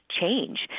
change